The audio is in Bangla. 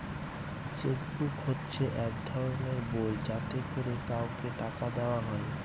চেক বুক হচ্ছে এক ধরনের বই যাতে করে কাউকে টাকা দেওয়া হয়